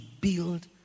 build